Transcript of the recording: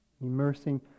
immersing